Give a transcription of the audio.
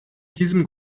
diesem